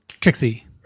Trixie